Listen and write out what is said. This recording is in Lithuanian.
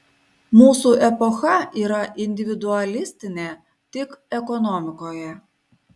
mūsų epocha yra individualistinė tik ekonomikoje